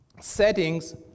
settings